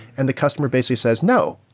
and the customer basically says, no,